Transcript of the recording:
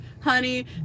honey